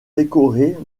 décorées